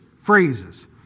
phrases